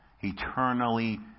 eternally